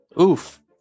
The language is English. Oof